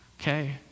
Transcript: Okay